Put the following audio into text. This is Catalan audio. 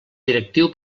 directiu